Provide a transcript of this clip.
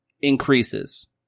increases